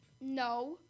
No